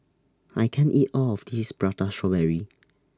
I can't eat All of This Prata Strawberry